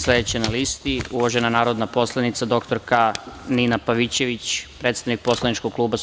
Sledeća na listi, uvažena narodna poslanica dr Nina Pavićević, predsednik poslaničkog kluba SPS.